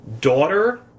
Daughter